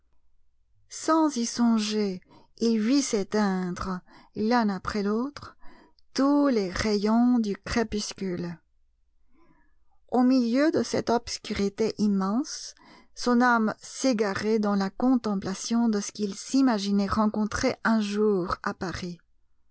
sans y songer il vit s'éteindre l'un après l'autre tous les rayons du crépuscule au milieu de cette obscurité immense son âme s'égarait dans la contemplation de ce qu'il s'imaginait rencontrer un jour à paris